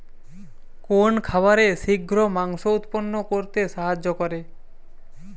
কোন খাবারে শিঘ্র মাংস উৎপন্ন করতে সাহায্য করে?